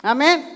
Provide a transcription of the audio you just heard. Amen